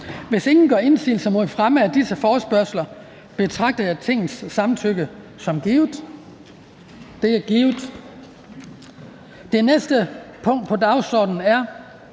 Hvis ingen gør indsigelse mod fremme af disse forespørgsler, betragter jeg Tingets samtykke som givet. Det er givet. --- Det næste punkt på dagsordenen